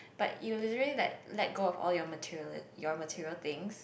but you you really like let go of all your material your material things